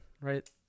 right